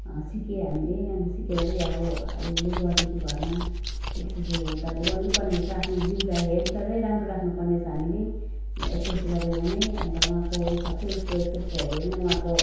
सिक्यौँ हामीले अन्त सिकेर त्यही अब अलि अलि गर्दैछु घरमा एक्सर्साइसहरू त अब गर्नै पर्ने रहेछ आफ्नो जिउलाई हेल्थलाई त्यही राम्रो राख्नु पर्ने रहेछ हामीले एक्सर्साइस गरेर नै अन्त उहाँको यो सबै उसको एक्सर्साइस हेरेर नै उहाँको